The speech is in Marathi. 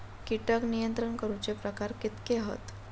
कीटक नियंत्रण करूचे प्रकार कितके हत?